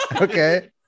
Okay